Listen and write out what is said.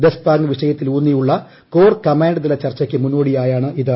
ദെസ്പാങ് വിഷയത്തിലൂന്നിയുള്ള കോർ കമാൻഡർതല ചർചയ്ക്ക് മുന്നോടിയാണിത്